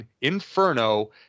Inferno